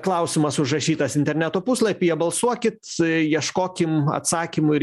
klausimas užrašytas interneto puslapyje balsuokit ieškokim atsakymų ir